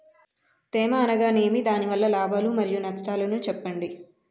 తేమ అనగానేమి? దాని వల్ల లాభాలు మరియు నష్టాలను చెప్పండి?